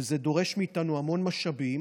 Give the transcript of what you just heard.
וזה דורש מאיתנו המון משאבים,